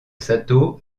sato